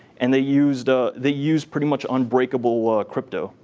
and they used ah they used pretty much unbreakable crypto.